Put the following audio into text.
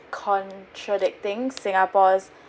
contradicting singapore's